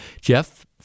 Jeff